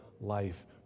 life